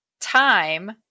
time